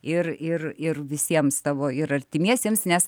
ir ir ir visiems tavo ir artimiesiems nes